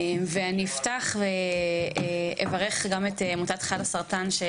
אני אפתח בברכה לעמותת ׳חלאסרטן׳,